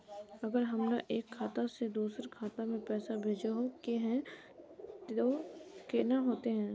अगर हमरा एक खाता से दोसर खाता में पैसा भेजोहो के है तो केना होते है?